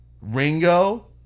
Ringo